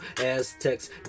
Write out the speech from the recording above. aztecs